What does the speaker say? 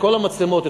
כל המצלמות,